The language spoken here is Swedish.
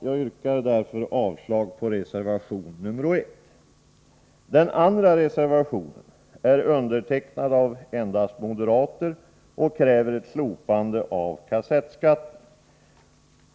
Jag yrkar därför avslag på reservation 1. Den andra reservationen är undertecknad av endast moderaterna, och där krävs ett slopande av videoskatten.